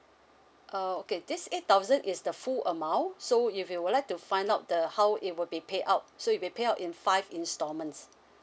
uh okay this eight thousand is the full amount so if you would like to find out the how it will be paid out so it will be paid out in five instalments